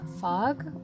fog